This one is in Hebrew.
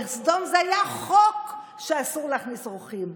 בסדום זה היה חוק שאסור להכניס אורחים.